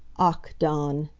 ach, dawn!